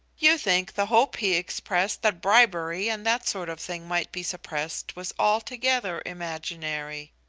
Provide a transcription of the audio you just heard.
you think the hope he expressed that bribery and that sort of thing might be suppressed was altogether imaginary?